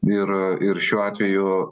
ir ir šiuo atveju